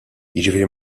jiġifieri